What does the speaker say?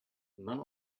none